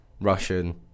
Russian